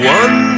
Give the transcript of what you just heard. one